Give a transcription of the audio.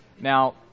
Now